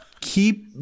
keep